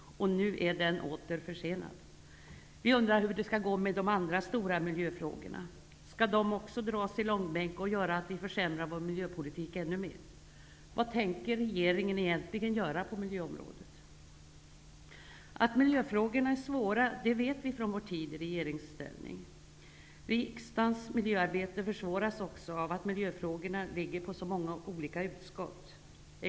Nu är den åter försenad. Vi undrar hur det skall gå med de andra stora miljöfrågorna. Skall de också dras i långbänk? Det gör att vi försämrar vår miljöpolitik ännu mer. Vad tänker regeringen egentligen göra på miljöområdet? Vi vet från vår tid i regeringsställning att miljöfrågorna är svåra. Riksdagens miljöarbete försvåras också av att miljöfrågorna ligger på så många olika utskott.